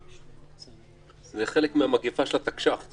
זה חלק מהמגפה של התקש"ח.